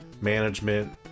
management